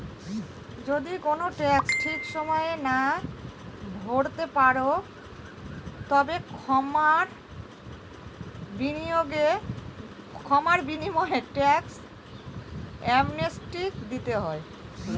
যদি কোনো ট্যাক্স ঠিক সময়ে না ভরতে পারো, তবে ক্ষমার বিনিময়ে ট্যাক্স অ্যামনেস্টি দিতে হয়